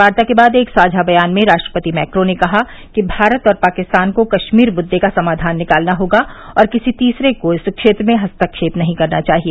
वार्ता के बाद एक साझा बयान में राष्ट्रपति मैक्रों ने कहा कि भारत और पाकिस्तान को कश्मीर मुद्दे का समाधान निकालना होगा और किसी तीसरे को इस क्षेत्र में हस्तक्षेप नहीं करना चाहिए